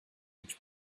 each